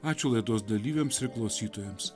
ačiū laidos dalyviams ir klausytojams